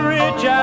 rich